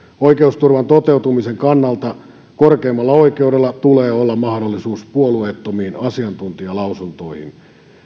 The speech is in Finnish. oikeusturvan toteutumisen kannalta korkeimmalla oikeudella tulee olla mahdollisuus puolueettomiin asiantuntijalausuntoihin